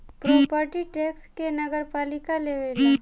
property tax के नगरपालिका लेवेला